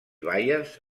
baies